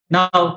Now